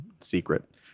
secret